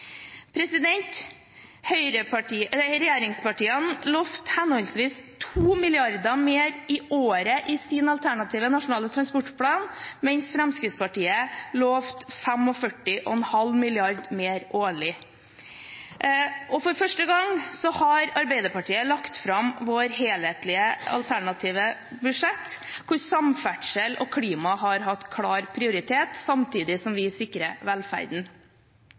Regjeringspartiene lovte henholdsvis 2 mrd. kr mer i året i sin alternative nasjonale transportplan, mens Fremskrittspartiet lovte 45,5 mrd. kr mer årlig. For første gang har Arbeiderpartiet lagt fram sitt helhetlige alternative budsjett, hvor samferdsel og klima har hatt klar prioritet, samtidig som vi sikrer velferden.